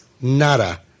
nada